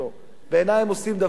בעיני הם עושים דבר גדול.